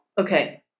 Okay